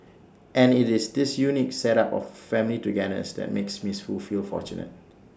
and IT is this unique set up of family togetherness that makes miss Foo feel fortunate